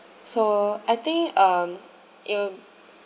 so I think um it'll